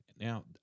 now